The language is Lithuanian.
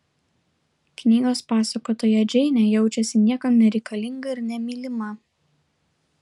knygos pasakotoja džeinė jaučiasi niekam nereikalinga ir nemylima